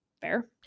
Fair